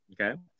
okay